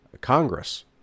Congress